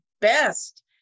best